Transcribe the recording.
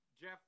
Jeff